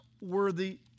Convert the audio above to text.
worthy